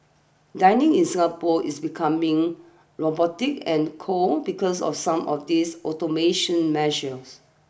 dining in Singapore is becoming robotic and cold because of some of these automation measures